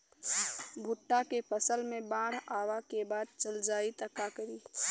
भुट्टा के फसल मे बाढ़ आवा के बाद चल जाई त का करी?